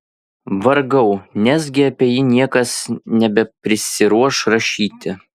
vargau nesgi apie jį niekas nebeprisiruoš rašyti